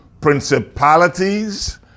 principalities